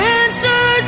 answer